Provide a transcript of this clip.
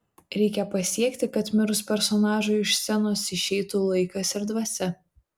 reikia pasiekti kad mirus personažui iš scenos išeitų laikas ir dvasia